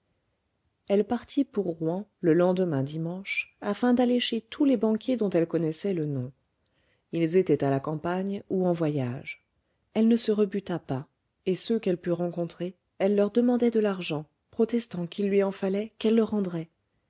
elle partit pour rouen le lendemain dimanche afin d'aller chez tous les banquiers dont elle connaissait le nom ils étaient à la campagne ou en voyage elle ne se rebuta pas et ceux qu'elle put rencontrer elle leur demandait de l'argent protestant qu'il lui en fallait qu'elle le rendrait